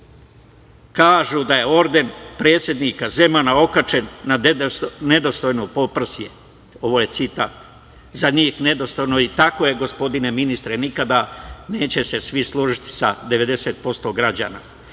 kažu da je orden predsednika Zemana okačen na nedostojno poprsje, ovo je citat. Za njih nedostojno. I tako je, gospodine ministre, nikada se neće svi složiti sa 90% građana.